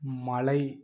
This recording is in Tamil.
மலை